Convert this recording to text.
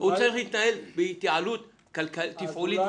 הוא צריך להתנהל בהתייעלות כלכלית ותפעולית.